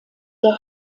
der